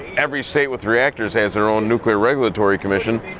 every state with reactors has their own nuclear regulatory commission.